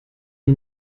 die